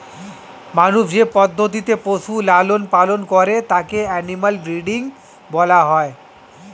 মানুষ যে পদ্ধতিতে পশুর লালন পালন করে তাকে অ্যানিমাল ব্রীডিং বলা হয়